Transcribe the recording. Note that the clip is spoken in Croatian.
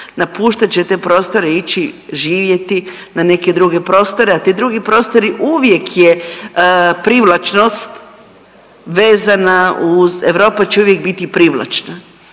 napuštat će te prostore, ići živjeti na neke druge prostore, a ti drugi prostori uvijek je privlačnost vezana uz, Europa će uvijek biti privlačna.